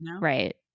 Right